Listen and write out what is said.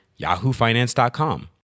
yahoofinance.com